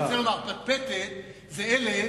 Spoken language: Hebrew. פטפטת זה אלה